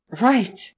Right